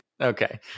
okay